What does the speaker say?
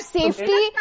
safety